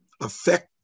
affect